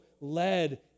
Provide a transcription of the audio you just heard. led